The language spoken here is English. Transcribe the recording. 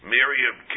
Miriam